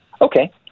Okay